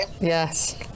Yes